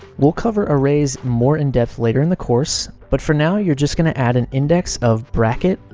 we'll cover arrays more in depth later in the course, but for now, you're just going to add an index of bracket,